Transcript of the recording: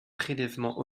prélèvements